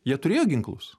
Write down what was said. jie turėjo ginklus